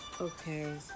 Okay